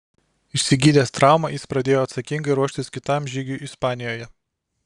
išsigydęs traumą jis pradėjo atsakingai ruoštis kitam žygiui ispanijoje